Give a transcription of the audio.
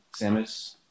Samus